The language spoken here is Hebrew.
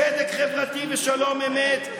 צדק חברתי ושלום אמת,